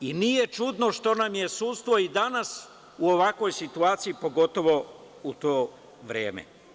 I nije čudno što nam je sudstvo i danas u ovakvoj situaciju, pogotovo u to vreme.